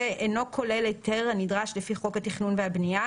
אינו כולל היתר הנדרש לפי חוק התכנון והבנייה,